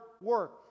work